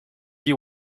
you